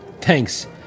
Thanks